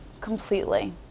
completely